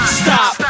stop